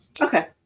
Okay